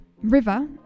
River